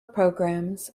programs